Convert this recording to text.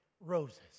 roses